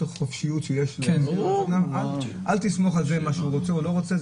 החופשיות שיש לאסיר אל תסמוך שזה מה שהוא רוצה או לא רוצה.